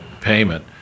payment